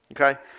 okay